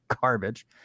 garbage